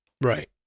Right